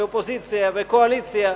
אופוזיציה וקואליציה,